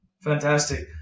Fantastic